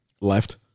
left